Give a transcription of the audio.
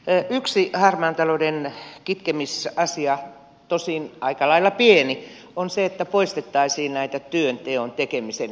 yksi harmaan talouden kitkemisasia tosin aika lailla pieni on se että poistettaisiin näitä työn tekemisen esteitä